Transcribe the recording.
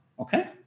Okay